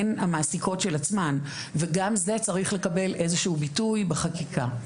הן המעסיקות של עצמן וגם זה צריך לקבל איזשהו ביטוי בחקיקה.